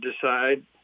decide